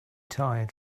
tired